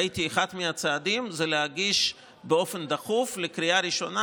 ראיתי שאחד מהצעדים הוא להגיש באופן דחוף לקריאה ראשונה